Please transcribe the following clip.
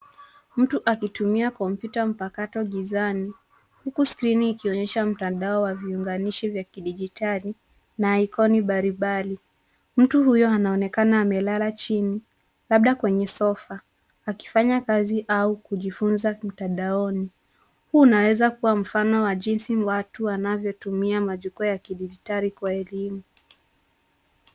Mtu akitumia kompyuta mpakato gizani huku skrini ikionyesha mtandao wa viunganishi vya kidijitali na ikoni mbalimbali .Mtu huyo anaonekana amelala chini labda kwenye sofa akifanya kazi au kujifunza mtandaoni. Huu unaweza kuwa mfano wa jinsi watu wanavyotumia majukwaa ya kidijitali kwa elimu.